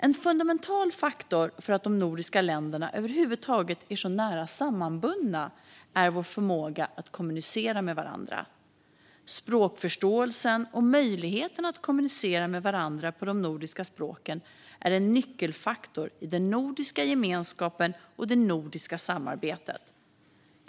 En fundamental faktor för att de nordiska länderna över huvud taget är så nära sammanbundna är vår förmåga att kommunicera med varandra. Språkförståelsen och möjligheten att kommunicera med varandra på de nordiska språken är en nyckelfaktor i den nordiska gemenskapen och det nordiska samarbetet.